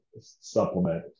supplement